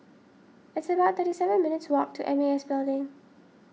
it's about thirty seven minutes' walk to M A S Building